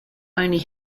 only